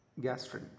gastrin